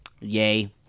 yay